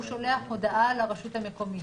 הוא שולח הודעה לרשות המקומית.